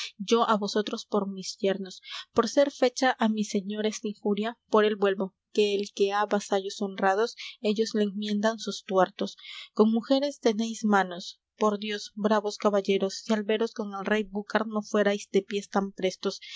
yo á vosotros por mis yernos por ser fecha á mi señor esta injuria por él vuelvo que el que há vasallos honrados ellos le enmiendan sus tuertos con mujeres tenéis manos por dios bravos caballeros si al veros con el rey búcar no fuérais de piés tan prestos